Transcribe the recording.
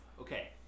Okay